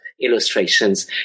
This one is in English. illustrations